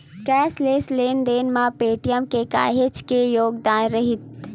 cashless लेन देन म पेटीएम के काहेच के योगदान रईथ